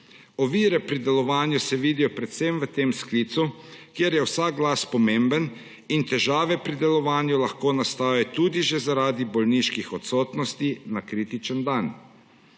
Ovire pri delovanju se vidijo predvsem v tem sklicu, kjer je vsak glas pomemben in težave pri delovanju lahko nastanejo tudi že zaradi bolniških odsotnosti na kritični dan.